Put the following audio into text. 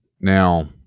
Now